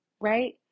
Right